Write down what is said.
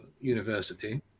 university